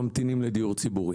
ממתינות לדיור ציבורי.